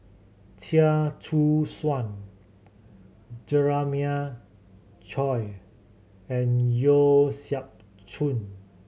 Chia Choo Suan Jeremiah Choy and Yeo Siak Goon